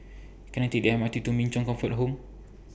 Can I Take The M R T to Min Chong Comfort Home